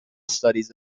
studies